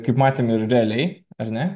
kaip matėm ir realiai ar ne